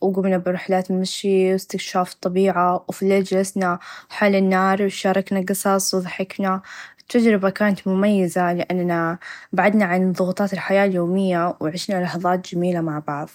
و قمنا برحلات نمشي و إستكشاف الطبيعه و في الليل چلسنا و حل النهار وشاركنا قصص و ظحكنا التچربه كانت مميزه لأننا بعدنا عن ضغطات الحياه اليوميه و عشنا لحظات چميله مع بعض.